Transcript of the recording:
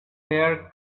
hair